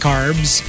Carbs